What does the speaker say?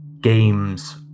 Games